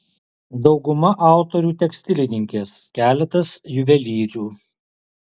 dauguma autorių tekstilininkės keletas juvelyrių